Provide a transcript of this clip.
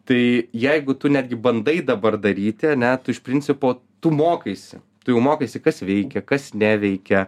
tai jeigu tu netgi bandai dabar daryti ane tu iš principo tu mokaisi tu jau mokaisi kas veikia kas neveikia